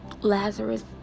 Lazarus